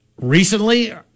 Recently